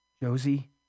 Josie